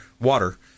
water